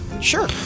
Sure